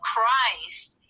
Christ